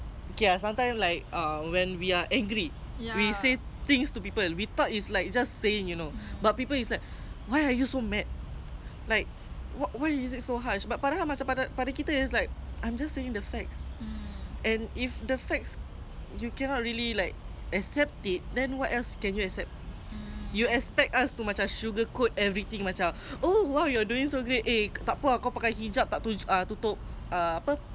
the facts you cannot really accept it then what else can you accept you expect us to macam sugarcoat everything macam oh !wow! you are doing so great eh takpe ah kau pakai hijab tak tutup err apa apa ni leher takpe lah lupa melayu sikit takpe ah kau tak tutup pun takpe eh takpe ah tak pakai tudung ah kau pakai tudung dengan sleeveless pun tak apa eh kau nak main bola pakai tudung